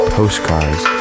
postcards